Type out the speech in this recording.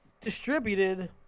distributed